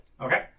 okay